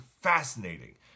fascinating